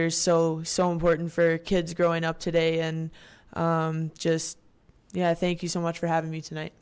are so so important for kids growing up today and just yeah thank you so much for having me tonight